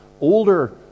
older